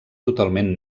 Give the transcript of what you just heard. totalment